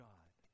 God